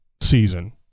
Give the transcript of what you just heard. season